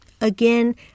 again